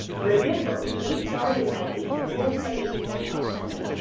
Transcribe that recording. remember, we started as a school credit union only,